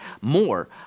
more